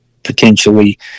potentially